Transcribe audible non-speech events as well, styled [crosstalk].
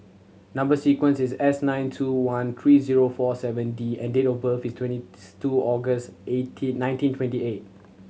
number sequence is S nine two one three zero four seven D and date of birth is twenty [unintelligible] two August eighteen nineteen twenty eight